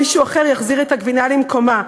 מישהו אחר יחזיר את הגבינה למקומה.